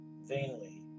vainly